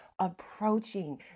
approaching